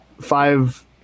five